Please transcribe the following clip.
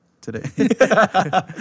today